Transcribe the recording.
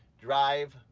drive,